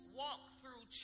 walkthrough